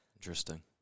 Interesting